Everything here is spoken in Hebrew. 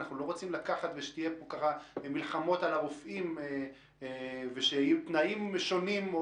אנחנו לא רוצים שיהיו מלחמות על הרופאים ושיהיו תנאים שונים.